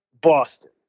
Boston